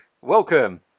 Welcome